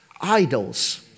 idols